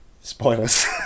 spoilers